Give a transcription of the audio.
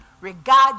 regard